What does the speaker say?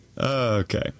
Okay